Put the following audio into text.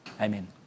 Amen